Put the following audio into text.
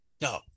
No